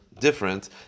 different